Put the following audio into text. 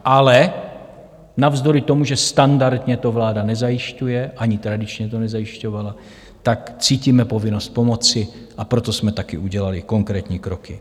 Ale navzdory tomu, že standardně to vláda nezajišťuje, ani tradičně to nezajišťovala, tak cítíme povinnost pomoci, a proto jsme taky udělali konkrétní kroky.